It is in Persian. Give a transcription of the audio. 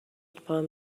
پام